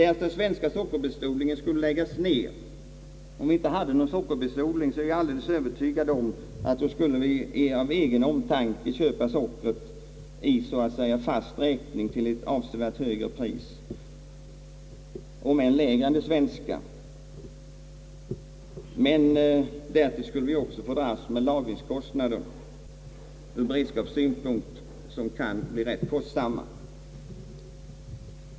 Därest den svenska sockerbetsodlingen skulle läggas ned, skulle vi säkert av egen omtanke köpa sockret i fast räkning till ett avsevärt högre pris, om än lägre än det svenska, men därtill skulle vi också få dras med en relativt kostsam lagerhållning.